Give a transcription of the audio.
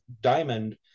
Diamond